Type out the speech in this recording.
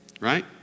Right